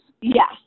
Yes